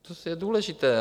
To je důležité.